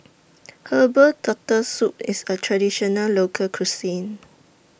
Herbal Turtle Soup IS A Traditional Local Cuisine